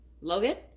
Logan